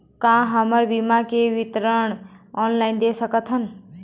का हमर बीमा के विवरण ऑनलाइन देख सकथन?